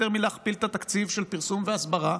מלהכפיל את התקציב של פרסום והסברה?